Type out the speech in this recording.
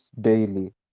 daily